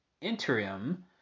interim